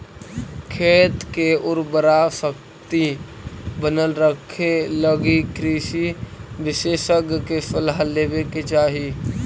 खेत के उर्वराशक्ति बनल रखेलगी कृषि विशेषज्ञ के सलाह लेवे के चाही